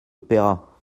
paiera